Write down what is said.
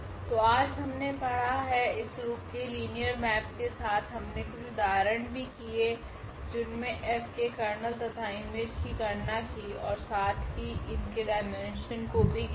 तो आज हमने पढ़ा है इस रूप के लिनियर मेप के साथ हमने कुछ उदाहरण भी किए जिनमे F के कर्नेल तथा इमेज की गणना की ओर साथ ही इनके डाईमेन्शन को भी ज्ञात किया